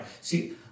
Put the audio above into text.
See